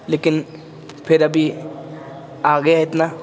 لیکن پھر ابھی آ گیا ہے اتنا